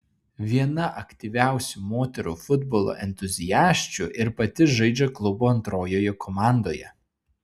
viena aktyviausių moterų futbolo entuziasčių ir pati žaidžia klubo antrojoje komandoje